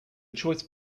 choice